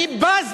אני קובע,